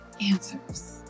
answers